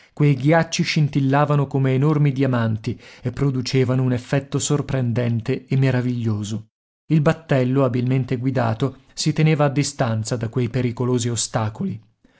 quei ghiacci scintillavano come enormi diamanti e producevano un effetto sorprendente e meraviglioso il battello abilmente guidato si teneva a distanza da quei pericolosi ostacoli